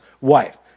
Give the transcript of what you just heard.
wife